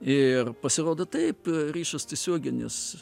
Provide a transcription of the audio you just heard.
ir pasirodo taip ryšys tiesioginis